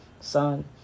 son